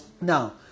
Now